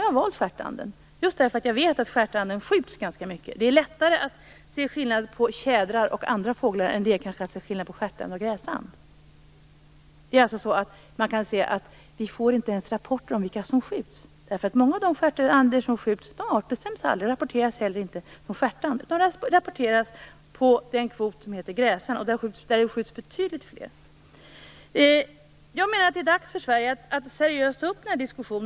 Nu har jag valt stjärtanden, just för att jag vet att den skjuts ganska mycket. Det är lättare att se skillnad på tjädrar och andra fåglar än att se skillnad på stjärtand och gräsand. Vi får inte ens rapporter om vilka som skjuts. Många av de stjärtänder som skjuts artbestäms nämligen aldrig. De rapporteras inte heller som stjärtand, utan hamnar i kvoten för gräsand som det skjuts betydligt fler av. Jag menar att det är dags för Sverige att seriöst ta upp diskussionen.